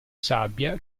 sabbia